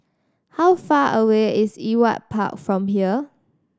how far away is Ewart Park from here